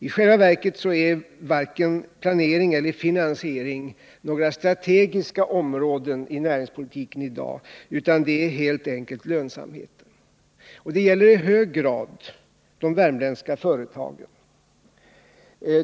I själva verket är varken planering eller finansiering några strategiska områden inom näringspolitiken i dag, utan det är helt enkelt lönsamheten. Detta gäller i hög grad de värmländska företagen.